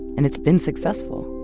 and it's been successful